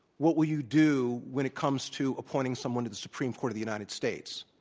what will you do when it comes to appointing someone to the supreme court of the united states?